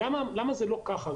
למה זה לא ככה,